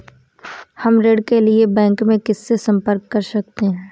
हम ऋण के लिए बैंक में किससे संपर्क कर सकते हैं?